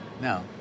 No